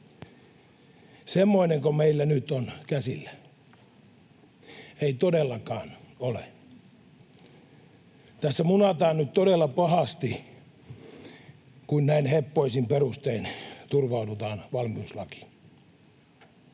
Semmoinenko meillä nyt on käsillä? Ei todellakaan ole. Tässä munataan nyt todella pahasti, kun näin heppoisin perustein turvaudutaan valmiuslakiin.